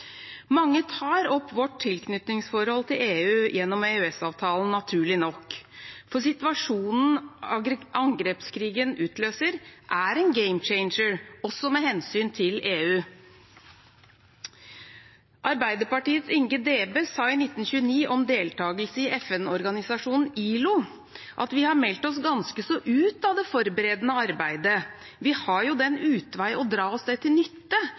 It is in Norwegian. Mange tar opp vårt tilknytningsforhold til EU gjennom EØS-avtalen naturlig nok, for det situasjonen og angrepskrigen utløser, er en «game changer» også med hensyn til EU. Arbeiderpartiets Inge Debes sa i 1929 om deltakelse i FN-organisasjonen ILO: – Vi har meldt oss ganske så ut av det forberedende arbeidet. Vi har jo den utvei å dra oss det til nytte,